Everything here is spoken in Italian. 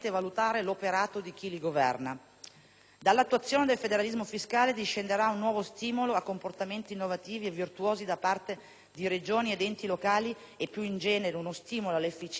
Dall'attuazione del federalismo fiscale discenderà un nuovo stimolo a comportamenti innovativi e virtuosi da parte di Regioni ed enti locali e più in generale uno stimolo all'efficienza del settore pubblico complessivo.